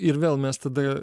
ir vėl mes tada